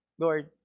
Lord